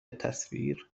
تصویر